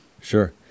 Sure